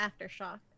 Aftershock